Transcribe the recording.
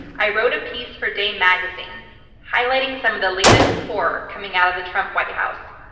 i wrote a piece for dame magazine highlighting some of the latest horror coming out of the trump white house.